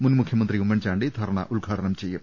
മുൻ മുഖ്യമന്ത്രി ഉമ്മൻചാണ്ടി ധർണ ഉദ്ഘാടനം ചെയ്യും